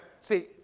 See